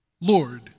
Lord